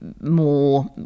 more